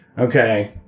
Okay